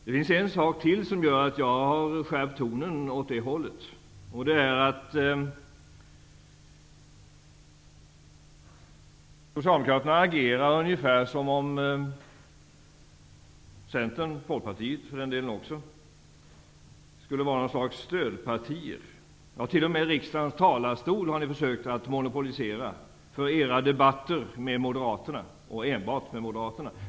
Det finns en sak till som gör att jag har skärpt tonen, nämligen att Socialdemokraterna agerar som om Centern och Folkpartiet skulle vara något slags stödpartier. T.o.m. i riksdagens talarstol har ni försökt att ''monopolisera'' era debatter för enbart Moderaterna.